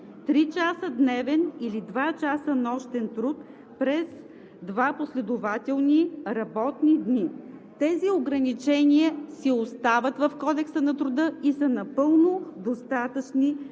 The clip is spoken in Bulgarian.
3 часа дневен или 2 часа нощен труд през два последователни работни дни. Тези ограничения си остават в Кодекса на труда и са напълно достатъчни,